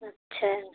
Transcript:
अच्छा